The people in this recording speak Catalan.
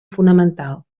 fonamental